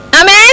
Amen